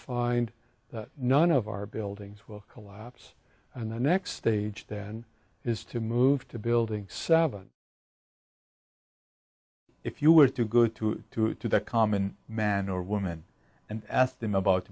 find that none of our buildings will collapse and the next stage then is to move to building seven if you were to go through to it to the common man or woman and ask them about